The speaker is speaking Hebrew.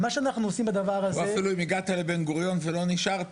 מה שאנחנו עושים בדבר הזה --- אם הגעת לבן-גוריון ולא נשארת,